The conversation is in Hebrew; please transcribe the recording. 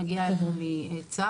שמגיעה אלינו מצה"ל,